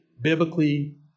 biblically